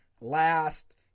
last